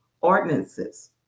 ordinances